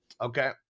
Okay